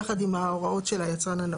יחד עם ההוראות של היצרן הנאות.